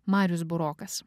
marius burokas